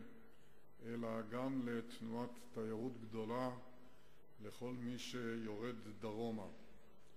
אלא גם לתנועת תיירות גדולה לכל מי שיורד דרומה.